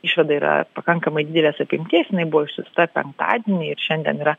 išvada yra pakankamai didelės apimties jinai buvo išsiųsta penktadienį ir šiandien yra